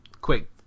quick